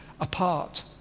apart